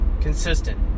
consistent